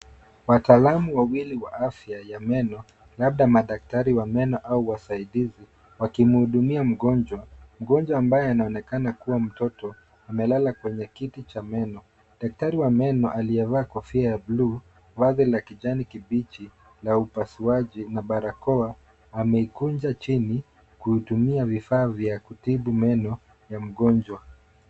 Wataalamu wawili wa afya ya meno labda madktari wa meno au wasaidizi wakimhudumia mgonjwa. Mgonjwa ambaye anaonekana kuwa mtoto amelala kwenye kiti cha meno. Daktari wa meno aliyevaa kofia ya buluu, vazi la kijani kibichi la upasuaji na barakoa, ameikunja chini kutumia vifaa vya kutibu meno ya mgonjwa.